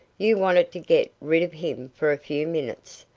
you wanted to get rid of him for a few minutes.